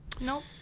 Nope